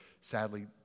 sadly